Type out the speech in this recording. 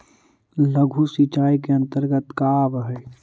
लघु सिंचाई के अंतर्गत का आव हइ?